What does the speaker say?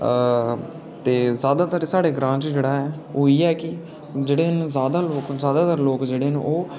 अ जादैतर साढ़े ग्रांऽ च जेह्ड़ा ऐ ओह् इ'यै की जेह्ड़े जादा जेह्ड़े जादातर लोक न ओह्